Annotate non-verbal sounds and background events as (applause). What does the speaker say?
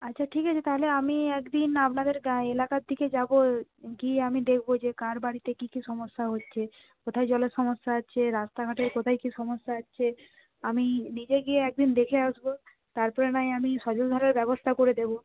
আচ্ছা ঠিক আছে তাহলে আমি একদিন আপনাদের গাঁয় এলাকার দিকে যাব গিয়ে আমি দেখব যে কার বাড়িতে কী কী সমস্যা হচ্ছে কোথায় জলের সমস্যা হচ্ছে রাস্তাঘাটের (unintelligible) কোথায় কী সমস্যা হচ্ছে আমি নিজে গিয়ে একদিন দেখে আসবো তারপরে না হয় আমি সজলধারার ব্যবস্থা করে দেবো